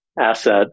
asset